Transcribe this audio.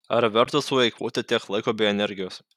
ar verta sueikvoti tiek laiko bei energijos